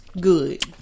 Good